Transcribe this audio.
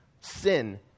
sin